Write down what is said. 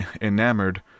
enamored